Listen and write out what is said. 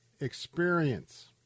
experience